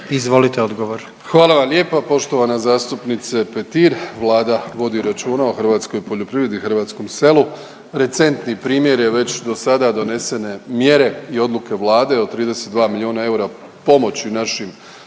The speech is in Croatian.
Andrej (HDZ)** Hvala vam lijepa poštovana zastupnice Petir. Vlada vodi računa o hrvatskoj poljoprivredi i hrvatskom selu. Recentni primjer je već do sada donesene mjere i odluke Vlade o 32 milijuna eura pomoći našim